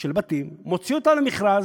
של בתים, מוציא אותה למכרז,